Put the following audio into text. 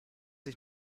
ich